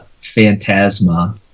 Phantasma